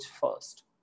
first